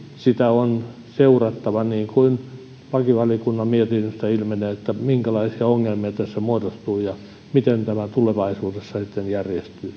sitä on seurattava niin kuin lakivaliokunnan mietinnöstä ilmenee minkälaisia ongelmia tässä muodostuu ja miten tämä tulevaisuudessa sitten järjestyy